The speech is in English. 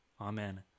Amen